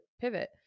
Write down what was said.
pivot